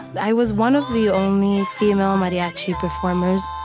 i was one of the only female mariachi performers.